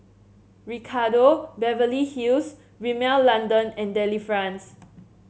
Ricardo Beverly Hills Rimmel London and Delifrance